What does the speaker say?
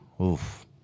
Oof